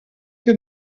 que